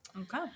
Okay